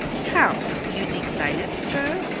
how? you decline it, sir?